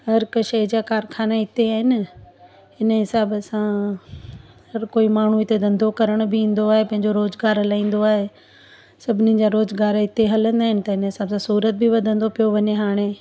हर हिक शइ जा कारखाना हिते आहिनि हिन हिसाब सां हर कोई माण्हू हिते धंधो करण बि ईंदो आहे पंहिंजो रोज़गार हलाईंदो आहे सभिनीनि जा रोज़गार हिते हलंदा आहिनि त इन हिसाब सां सूरत बि वधंदो पियो वञे हाणे